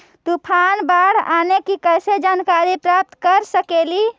तूफान, बाढ़ आने की कैसे जानकारी प्राप्त कर सकेली?